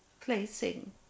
placing